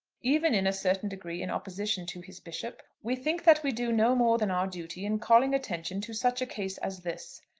even in a certain degree in opposition to his bishop, we think that we do no more than our duty in calling attention to such a case as this.